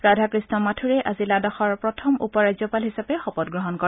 ৰাধাকৃষ্ণ মাথুৰে আজি লাডাখৰ প্ৰথম উপ ৰাজ্যপাল হিচাপে শপত গ্ৰহণ কৰে